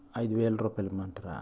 ఐదు వేల రూపాయలు ఇవ్వమంటారా